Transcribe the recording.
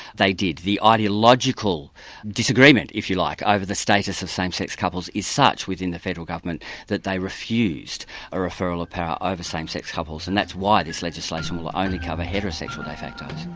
they did. the ideological disagreement if you like, over the status of same sex couples is such within the federal government that they refused a referral of power over same sex couples, and that's why this legislation will only cover heterosexual de factos.